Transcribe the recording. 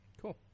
Cool